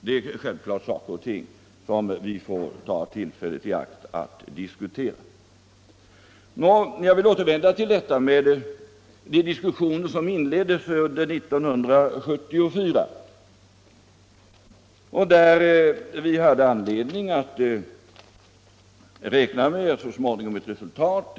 Dettasär självfallet saker och ting som vi får ta tillfället i akt att diskutera. Jag vill återvända till de diskussioner som inleddes under 1974. Vi hade då anledning att räkna med att så småningom få ett resultat.